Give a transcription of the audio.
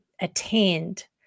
attained